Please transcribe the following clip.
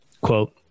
quote